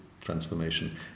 transformation